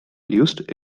used